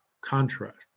contrast